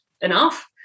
enough